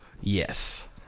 Yes